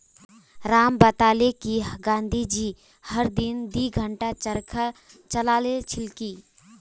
राम बताले कि गांधी जी हर दिन दी घंटा चरखा चला छिल की